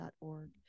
org